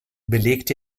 belegte